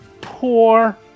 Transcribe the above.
poor